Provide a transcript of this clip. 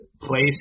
place